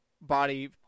body